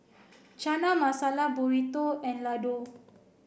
Chana Masala Burrito and Ladoo